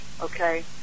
okay